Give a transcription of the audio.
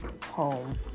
home